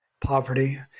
poverty